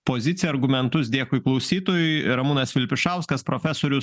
poziciją argumentus dėkui klausytojui ramūnas vilpišauskas profesorius